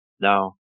Now